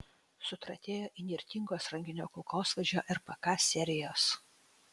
sutratėjo įnirtingos rankinio kulkosvaidžio rpk serijos